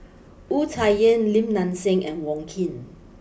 Wu Tsai Yen Lim Nang Seng and Wong Keen